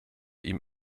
ihm